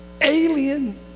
alien